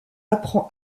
apprend